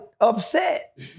upset